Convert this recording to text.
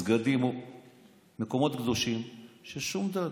מסגדים ומקומות קדושים של שום דת,